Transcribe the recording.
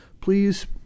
please